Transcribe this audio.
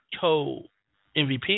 co-MVP